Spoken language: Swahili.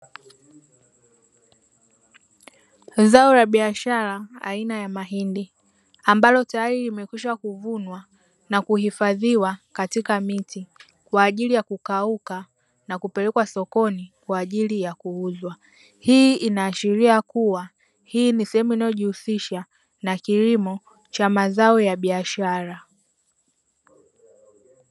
Zao la baishara aina ya mahindi, ambalo tayari limekwisha kuvunwa na kuhifadhiwa katika miti, kwa ajili ya kukauka na kupelekwa sokoni kwa ajili ya kuuzwa. Hii inaashiria kuwa, hii ni sehemu inayojihusisha na kilimo cha mazao ya baishara.